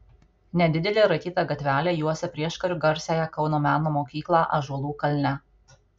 nedidelė raityta gatvelė juosia prieškariu garsiąją kauno meno mokyklą ąžuolų kalne